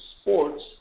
sports